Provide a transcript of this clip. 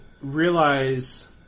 realize